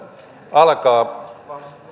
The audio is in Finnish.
alkaa